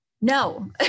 no